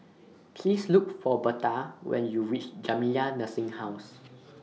Please Look For Berta when YOU REACH Jamiyah Nursing Home